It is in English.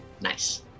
nice